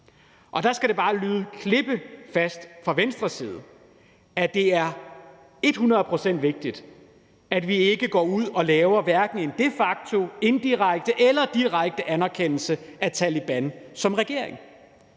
og der skal det bare lyde klippefast fra Venstres side, at det er et hundrede procent vigtigt, at vi ikke går ud og laver en de facto, indirekte eller direkte anerkendelse af Taleban som regering.